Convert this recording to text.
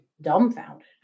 dumbfounded